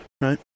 Right